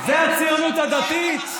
זה הציונות הדתית?